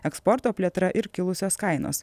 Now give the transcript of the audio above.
eksporto plėtra ir kilusios kainos